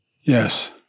Yes